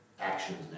actions